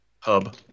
hub